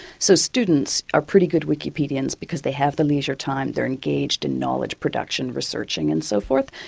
so students are pretty good wikipedians because they have the leisure time, they're engaged in knowledge production, researching and so forth,